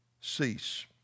cease